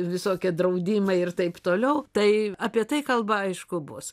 visokie draudimai ir taip toliau tai apie tai kalba aišku bus